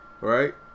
Right